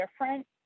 different